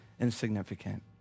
insignificant